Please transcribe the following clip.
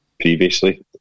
previously